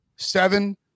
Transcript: Seven